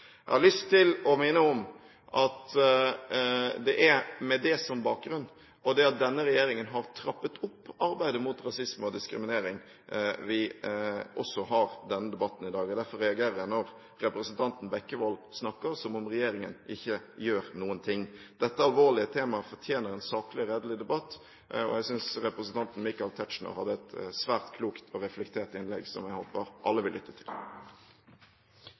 Jeg har lyst til å minne om at det er med det som bakgrunn, og det at denne regjeringen har trappet opp arbeidet mot rasisme og diskriminering, at vi også har denne debatten i dag. Derfor reagerer jeg når representanten Bekkevold snakker som om regjeringen ikke gjør noen ting. Dette alvorlige temaet fortjener en saklig og redelig debatt, og jeg synes representanten Michael Tetzschner hadde et svært klokt og reflektert innlegg som jeg håper alle vil lytte til.